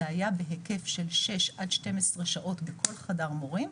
זה היה בהיקף של שש עד 12 שעות בכל חדר מורים,